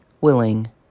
willing